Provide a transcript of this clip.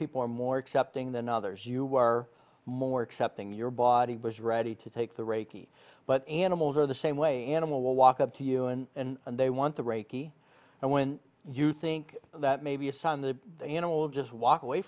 people are more accepting than others you are more accepting your body was ready to take the reiki but animals are the same way animal will walk up to you and they want to reiki and when you think that maybe it's on the whole just walk away